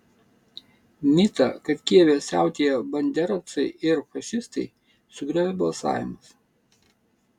mitą kad kijeve siautėja banderovcai ir fašistai sugriovė balsavimas